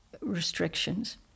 restrictions